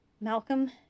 malcolm